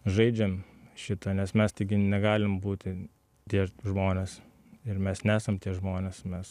žaidžiam šitą nes mes taigi negalim būti tie žmonės ir mes nesam tie žmonės mes